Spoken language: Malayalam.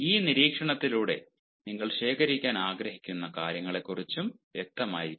ഈ നിരീക്ഷണത്തിലൂടെ നിങ്ങൾ ശേഖരിക്കാൻ ആഗ്രഹിക്കുന്ന കാര്യങ്ങളെക്കുറിച്ചും വ്യക്തമായിരിക്കുക